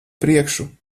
priekšu